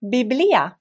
Biblia